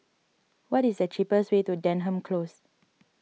what is the cheapest way to Denham Close